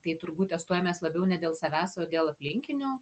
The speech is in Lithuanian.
tai turbūt testuojamės labiau ne dėl savęs o dėl aplinkinių